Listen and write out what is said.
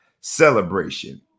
Celebration